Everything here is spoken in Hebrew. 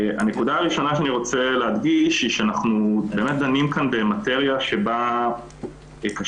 הנקודה הראשונה שאני רוצה להדגיש היא שאנחנו דנים כאן במטריה שבה קשה